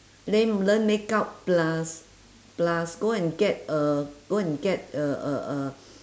lame learn makeup plus plus go and get uh go and get uh uh uh